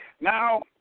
Now